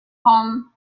home